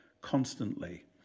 constantly